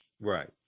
Right